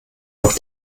noch